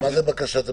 מה זה בקשת הביטול?